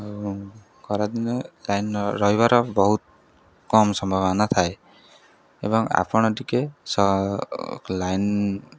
ଆଉ ଖରାଦିନେ ଲାଇନ୍ ନ ରହିବାର ବହୁତ କମ୍ ସମ୍ଭାବନା ଥାଏ ଏବଂ ଆପଣ ଟିକେ ସ ଲାଇନ୍